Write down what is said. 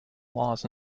laws